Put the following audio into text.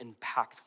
impactful